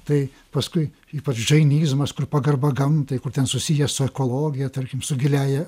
tai paskui ypač džainizmas kur pagarba gamtai kur ten susiję su ekologija tarkim su giliąja